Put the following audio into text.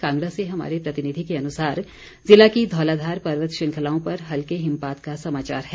कांगड़ा से हमारे प्रतिनिधि के अनुसार जिला की धौलाधार पर्वत श्रृंखलाओं पर हल्के हिमपात का समाचार है